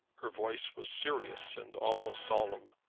her voice was serious and almost solemn,